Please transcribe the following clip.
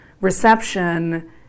reception